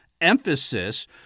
emphasis